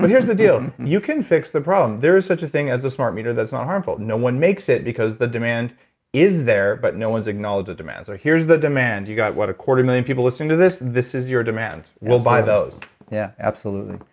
but here's the deal, you can fix the problem. there is such a thing as a smart meter that's not harmful. no one makes it because the demand is there, but no one's acknowledged the demand, so here's the demand. you got, what, a quarter million people listening to this, this is your demand absolutely we'll buy those yeah, absolutely.